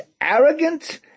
arrogant